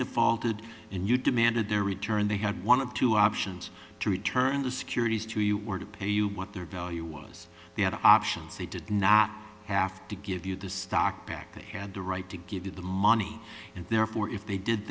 defaulted and you demanded their return they had one of two options to return the securities to you or to pay you what their value was they had options they did not have to give you the stock back and had the right to give you the money and therefore if they did